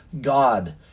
God